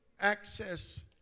access